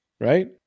right